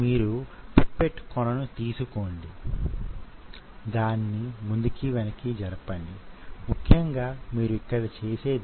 అవి యాక్టిన్ మరియు myosin filament లతో చేయబడినవి